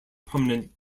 prominent